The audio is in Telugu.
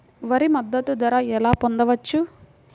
వరి మద్దతు ధర ఎలా పొందవచ్చు?